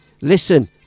listen